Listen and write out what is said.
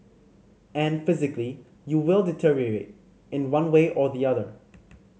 and physically you will deteriorate in one way or the other